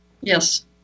Yes